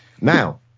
Now